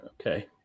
okay